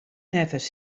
neffens